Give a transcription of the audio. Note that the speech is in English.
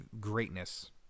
greatness